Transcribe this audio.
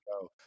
go